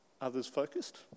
others-focused